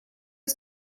his